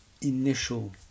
initial